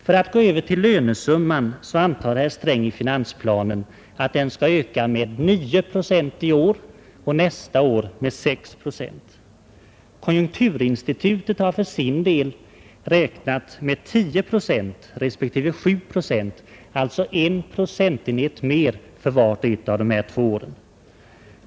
För att gå över till lönesumman så antar herr Sträng i finansplanen att den skall öka med 9 procent i år och med 6 procent nästa år. Konjunkturinstitutet har för sin del räknat med 10 procent respektive 7 procent, alltså I procentenhet mer för vart och ett av de två åren.